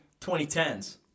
2010s